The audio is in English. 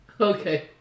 Okay